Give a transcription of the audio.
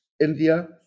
India